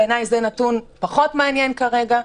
בעיניי זה נתון פחות מעניין כרגע.